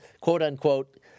quote-unquote